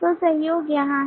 तो सहयोग यहाँ है